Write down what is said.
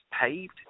paved